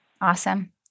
Awesome